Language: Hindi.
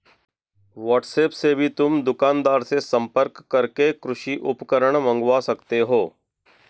व्हाट्सएप से भी तुम दुकानदार से संपर्क करके कृषि उपकरण मँगवा सकते हो